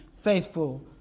faithful